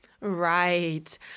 Right